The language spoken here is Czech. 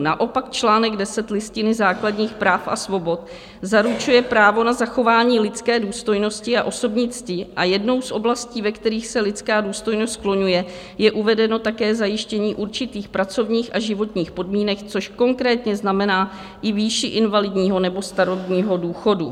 Naopak čl. 10 Listiny základních práv a svobod zaručuje právo na zachování lidské důstojnosti a osobní cti a jednou z oblastí, ve kterých se lidská důstojnost skloňuje, je uvedeno také zajištění určitých pracovních a životních podmínek, což konkrétně znamená i výši invalidního nebo starobního důchodu.